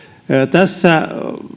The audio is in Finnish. tässä